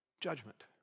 judgment